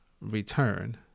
return